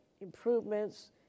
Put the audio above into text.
improvements